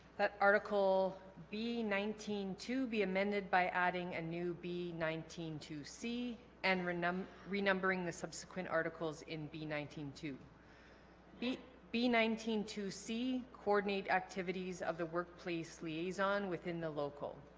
that article be nineteen to be amended by adding a new be nineteen to see and remembering remembering the subsequent articles in be nineteen to be be nineteen to see coordinate activities of the workplace liaison within the local